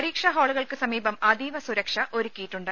പരീക്ഷാ ഹാളുകൾക്ക് സമീപം അതീവ സുരക്ഷ ഒരുക്കിയിട്ടുണ്ട്